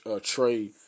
trade